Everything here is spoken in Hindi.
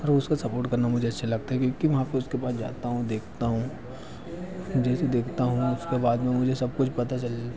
और उसको सपोर्ट करना मुझे अच्छा लगता है क्योंकि वहाँ पर उसके पास जाता हूँ देखता हूँ जैसे देखता हूँ उसके बाद में मुझे सब कुछ पता चल